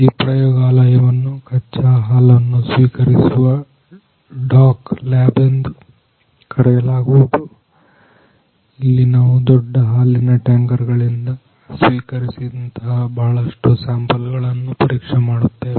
ಈ ಪ್ರಯೋಗಾಲಯವನ್ನು ಕಚ್ಚಾ ಹಾಲನ್ನು ಸ್ವೀಕರಿಸುವ ಡಾಕ್ ಲ್ಯಾಬ್ ಎಂದು ಕರೆಯಲಾಗುವುದು ಇಲ್ಲಿ ನಾವು ದೊಡ್ಡ ಹಾಲಿನ ಟ್ಯಾಂಕರ್ ಗಳಿಂದ ಸ್ವೀಕರಿಸುವಂತಹ ಬಹಳಷ್ಟು ಸ್ಯಾಂಪಲ್ ಗಳನ್ನು ಪರೀಕ್ಷೆ ಮಾಡುತ್ತೇವೆ